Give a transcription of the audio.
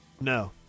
No